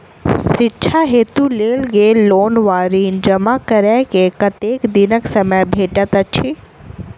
शिक्षा हेतु लेल गेल लोन वा ऋण जमा करै केँ कतेक दिनक समय भेटैत अछि?